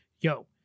Yo